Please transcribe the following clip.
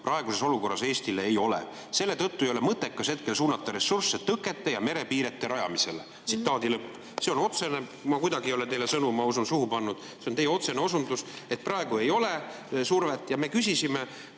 praeguses olukorras Eestile ei ole. Selle tõttu ei ole mõttekas hetkel suunata ressursse tõkete ja merepiirete rajamisele." Tsitaadi lõpp. See on otsene [osundus], ma kuidagi ei ole teile sõnu, ma usun, suhu pannud. See on otsene osundus [teie sõnadele], et praegu ei ole survet. Ja me küsisime,